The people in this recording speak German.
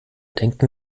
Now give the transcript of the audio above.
denken